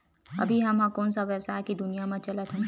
अभी हम ह कोन सा व्यवसाय के दुनिया म चलत हन?